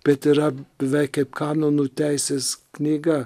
bet yra beveik kaip kanonų teisės knyga